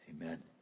Amen